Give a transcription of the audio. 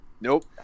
Nope